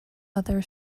other